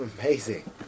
amazing